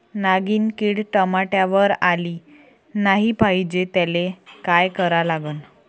नागिन किड टमाट्यावर आली नाही पाहिजे त्याले काय करा लागन?